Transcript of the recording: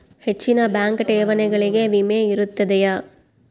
ಹೆಚ್ಚಿನ ಬ್ಯಾಂಕ್ ಠೇವಣಿಗಳಿಗೆ ವಿಮೆ ಇರುತ್ತದೆಯೆ?